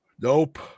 Nope